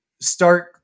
start